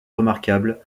remarquable